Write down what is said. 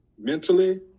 mentally